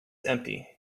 empty